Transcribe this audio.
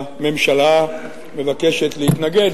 הממשלה מבקשת להתנגד,